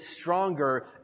stronger